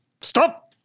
Stop